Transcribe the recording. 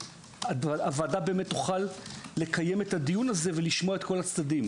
שהוועדה תוכל לקיים את הדיון הזה ולשמוע את כל הצדדים